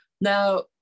Now